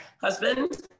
husband